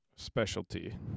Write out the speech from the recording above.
Specialty